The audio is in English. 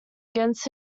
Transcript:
against